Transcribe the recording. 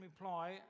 reply